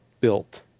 built